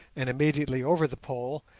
and immediately over the pole,